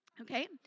okay